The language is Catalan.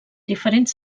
diferents